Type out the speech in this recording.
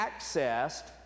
accessed